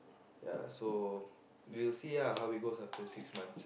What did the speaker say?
ya so we will see lah how it goes after six months